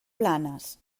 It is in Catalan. blanes